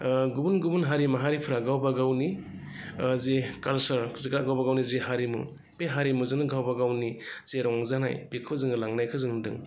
गुबुन गुबुन हारि माहारिफ्रा गावबा गावनि जि काल्सार जि गावबा गावनि जि हारिमु बे हारिमुजोंनो गावबा गावनि जि रंजानाय बेखौ जोङो लांनायखौ जोङो नुदों